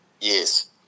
Yes